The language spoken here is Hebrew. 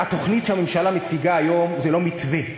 התוכנית שהממשלה מציגה היום היא לא מתווה,